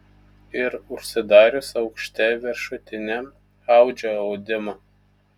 ir užsidarius aukšte viršutiniam audžia audimą